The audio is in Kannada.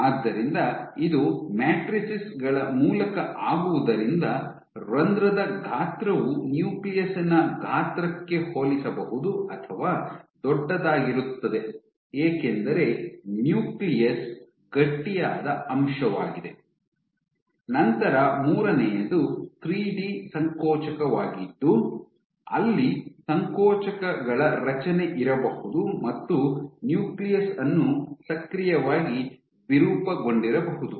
ಆದ್ದರಿಂದ ಇದು ಮ್ಯಾಟ್ರಿಸಸ್ ಗಳ ಮೂಲಕ ಆಗುವುದರಿಂದ ರಂಧ್ರದ ಗಾತ್ರವು ನ್ಯೂಕ್ಲಿಯಸ್ ನ ಗಾತ್ರಕ್ಕೆ ಹೋಲಿಸಬಹುದು ಅಥವಾ ದೊಡ್ಡದಾಗಿರುತ್ತದೆ ಏಕೆಂದರೆ ನ್ಯೂಕ್ಲಿಯಸ್ ಗಟ್ಟಿಯಾದ ಅಂಶವಾಗಿದೆ ನಂತರ ಮೂರನೆಯದು ಥ್ರೀಡಿ ಸಂಕೋಚಕವಾಗಿದ್ದು ಅಲ್ಲಿ ಸಂಕೋಚಕಗಳ ರಚನೆ ಇರಬಹುದು ಮತ್ತು ನ್ಯೂಕ್ಲಿಯಸ್ ಅನ್ನು ಸಕ್ರಿಯವಾಗಿ ವಿರೂಪಗೊಂಡಿರಬಹುದು